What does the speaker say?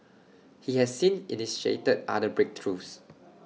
he has since initiated other breakthroughs